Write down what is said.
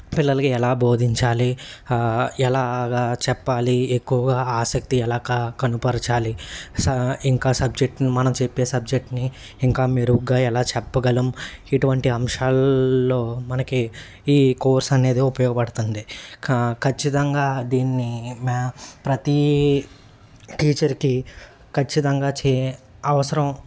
పిల్లలకి ఎలా బోధించాలి ఎలాగా చెప్పాలి ఎక్కువగా ఆసక్తి ఎలాగా కనబరచాలి సా ఇంకా సబ్జెక్ట్ని మనం చెప్పే సబ్జెక్ట్ని ఇంకా మెరుగ్గా ఎలా చెప్పగలము ఇటువంటి అంశాల్లో మనకి ఈ కోర్స్ అనేది ఉపయోగపడుతుంది కా ఖచ్చితంగా దీన్ని మ్యా ప్రతీ టీచర్కి ఖచ్చితంగా చే అవసరం